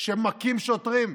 שמכים שוטרים,